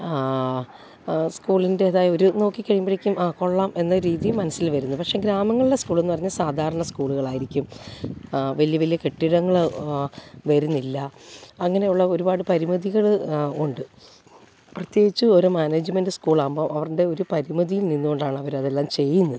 സ്കൂളിൻറ്റേതായ ഒരു നോക്കിക്കഴിയുമ്പോഴേക്കും ആ കൊള്ളാം എന്ന രീതി മനസ്സിൽ വരുന്നു പക്ഷേ ഗ്രാമങ്ങളിലെ സ്കൂളെന്ന് പറഞ്ഞാല് സാധാരണ സ്കൂളുകളായിരിക്കും വലിയ വലിയ കെട്ടിടങ്ങള് ആ വരുന്നില്ല അങ്ങനെ ഉള്ള ഒരുപാട് പരിമിതികള് ഉണ്ട് പ്രത്യേകിച്ചും ഒരു മാനേജ്മെൻറ്റ് സ്കൂളാകുമ്പോള് അവരുടെ ഒരു പരിമിതിയിൽ നിന്ന് കൊണ്ടാണവരതെല്ലാം ചെയ്യുന്നത്